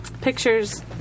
pictures